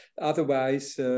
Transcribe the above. otherwise